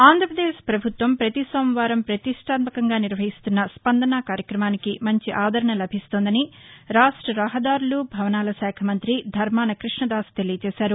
ఆంధ్రప్రదేశ్ పభుత్వం పతి సోమవారం పతిష్టాత్మకంగా నిర్వహిస్తున్న స్పందన కార్యక్రమానికి మంచి ఆదరణ లభిస్తోందని రాష్ట్ర రహదారులు భవనాల శాఖ మంత్రి ధర్మాన కృష్ణదాస్ తెలియజేశారు